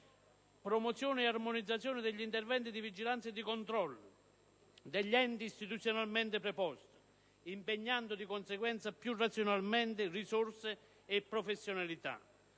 promozione e l'armonizzazione degli interventi di vigilanza e di controllo degli enti istituzionalmente preposti, impegnando di conseguenza più razionalmente risorse e professionalità.